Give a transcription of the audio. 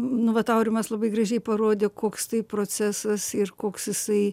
nu vat aurimas labai gražiai parodė koks tai procesas ir koks jisai